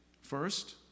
First